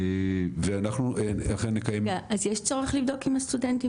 ואנחנו נקיים- -- אז יש צורך לבדוק עם הסטודנטים,